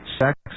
Sex